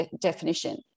definition